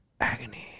agony